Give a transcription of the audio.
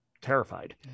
terrified